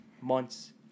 months